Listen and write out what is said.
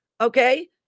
Okay